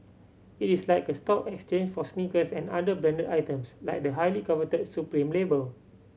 it is like a stock exchange for sneakers and other branded items like the highly coveted Supreme label